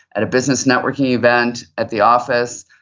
at a business networking event, at the office,